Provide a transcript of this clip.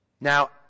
Now